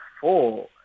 four